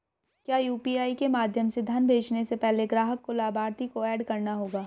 क्या यू.पी.आई के माध्यम से धन भेजने से पहले ग्राहक को लाभार्थी को एड करना होगा?